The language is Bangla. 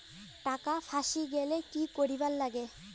টাকা ফাঁসি গেলে কি করিবার লাগে?